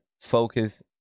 focus